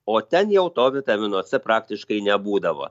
o ten jau to vitamino c praktiškai nebūdavo